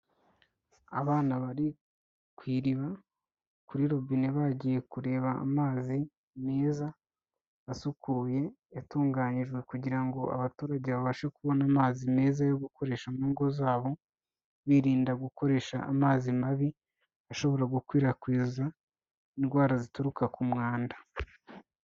Abana bari ku iriba kuri robine bagiye kureba amazi meza asukuye yatunganyijwe kugira ngo abaturage babashe kubona amazi meza yo gukoresha mu ngo zabo, birinda gukoresha amazi mabi ashobora gukwirakwiza indwara zituruka ku mwanda.